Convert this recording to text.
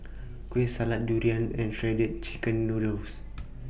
Kueh Salat Durian and Shredded Chicken Noodles